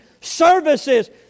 services